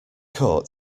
court